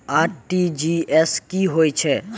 RTGS की होय छै?